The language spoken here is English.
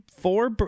four